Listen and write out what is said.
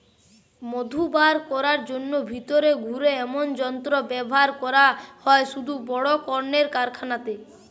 মধু বার কোরার জন্যে ভিতরে ঘুরে এমনি যন্ত্র ব্যাভার করা হয় শুধু বড় রক্মের কারখানাতে